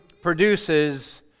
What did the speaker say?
produces